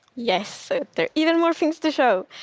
yes, so there are even more things to show.